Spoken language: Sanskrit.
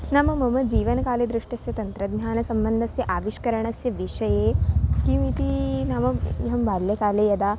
नाम मम जीवनकाले दृष्टस्य तन्त्रज्ञानसम्बन्धस्य आविष्करणस्य विषये किम् इति नाम अहं बाल्यकाले यदा